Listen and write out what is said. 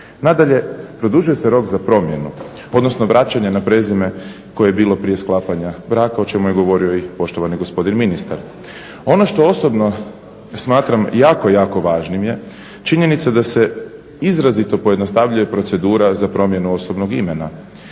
Nadalje, produžuje se rok za promjenu odnosno vraćanje na prezime koje je bilo prije sklapanja braka o čemu je govorio poštovani gospodin ministar. Ono što osobno smatram jako, jako važnim je činjenica da se izrazito pojednostavljuje procedura za promjenu osobnog imena.